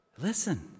Listen